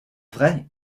vrai